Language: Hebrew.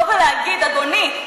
אדוני,